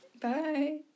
Bye